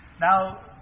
Now